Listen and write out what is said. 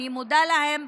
אני מודה להם,